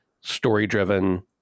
story-driven